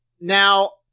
Now